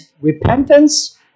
repentance